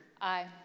Aye